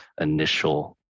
initial